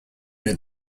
near